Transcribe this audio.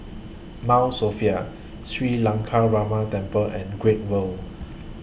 Mount Sophia Sri Lankaramaya Temple and Great World